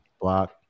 Block